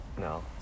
no